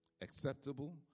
acceptable